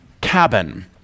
cabin